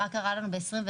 מה קרה ב-2021,